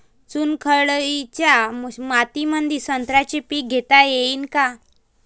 चुनखडीच्या मातीमंदी संत्र्याचे पीक घेता येईन का?